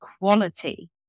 quality